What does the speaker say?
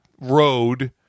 road